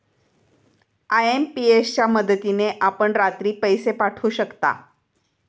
IMPS च्या मदतीने आपण रात्री पैसे पाठवू शकता